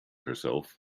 herself